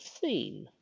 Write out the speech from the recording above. seen